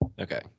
Okay